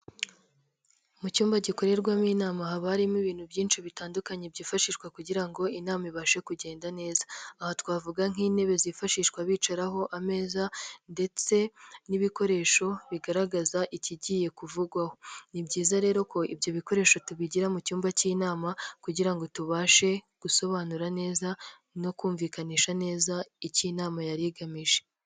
Mu cyumba gikorerwamo inama haba harimo ibintu byinshi bitandukanye byifashishwa kugira ngo inama ibashe kugenda neza. Aha twavuga nk'intebe zifashishwa bicaraho, ameza, ndetse n'ibikoresho bigaragaza ikigiye kuvugwaho. Ni byiza rero ko ibyo bikoresho tubigira mu cyumba cy'inama kugira ngo tubashe gusobanura neza no kumvikanisha neza icyo inama yari igamije.